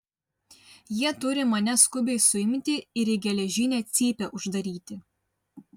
jie turi mane skubiai suimti ir į geležinę cypę uždaryti